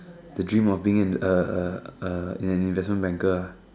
the dream of being a a a an investment banker ah